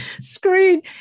screen